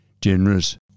generous